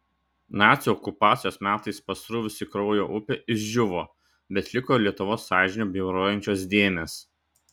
nacių okupacijos metais pasruvusi kraujo upė išdžiūvo bet liko lietuvos sąžinę bjaurojančios dėmės